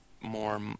more